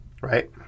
right